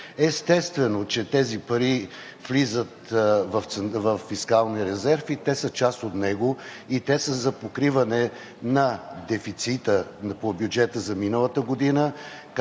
Естествено, че тези пари влизат във фискалния резерв и те са част от него, и те са за покриване на дефицита по бюджета за миналата година,